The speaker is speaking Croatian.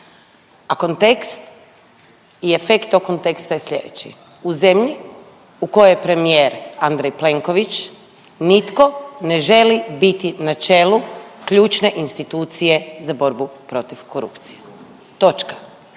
A kontekst i efekt tog konteksta je sljedeći, u zemlji u kojoj premijer Andrej Plenković nitko ne želi biti na čelu ključne institucije za borbu protiv korupcije, točka.